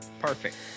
Perfect